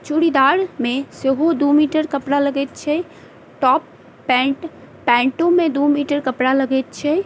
चूड़ीदारमे सेहो दू मीटर कपड़ा लगैत छै टॉप पैंट पैंटोमे दू मीटर कपड़ा लगैत छै